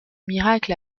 miracle